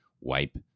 wipe